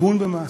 הגון במעשיו.